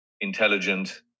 intelligent